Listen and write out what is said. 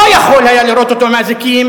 לא יכול היה לראות אותו עם אזיקים,